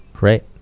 right